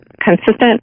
consistent